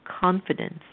confidence